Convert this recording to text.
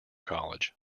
college